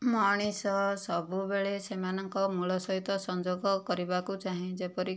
ମଣିଷ ସବୁବେଳେ ସେମାନଙ୍କ ମୂଳ ସହିତ ସଂଯୋଗ କରିବାକୁ ଚାହେଁ ଯେପରିକି